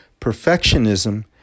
Perfectionism